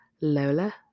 lola